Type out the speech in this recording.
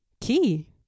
key